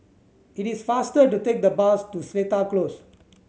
it is faster to take the bus to Seletar Close